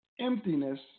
emptiness